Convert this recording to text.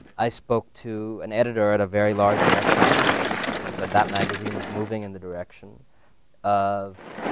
i spoke to an editor at a very large american magazine yesterday, who said that magazine is moving in the direction of.